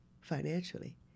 financially